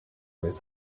with